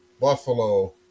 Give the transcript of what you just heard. Buffalo